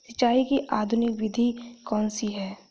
सिंचाई की आधुनिक विधि कौनसी हैं?